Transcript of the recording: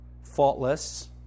faultless